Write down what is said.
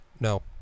no